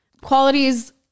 qualities